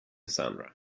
sandra